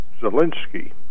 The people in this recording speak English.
Zelensky